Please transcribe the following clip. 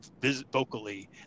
vocally